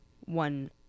one